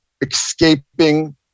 escaping